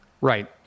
right